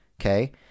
okay